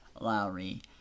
Lowry